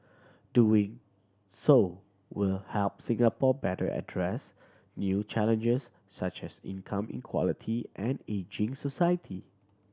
doing so will help Singapore better address new challenges such as income inequality and ageing society